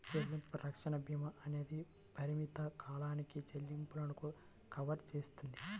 చెల్లింపు రక్షణ భీమా అనేది పరిమిత కాలానికి చెల్లింపులను కవర్ చేస్తుంది